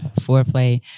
foreplay